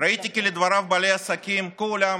ראיתי כי לדבריו בעלי העסקים כולם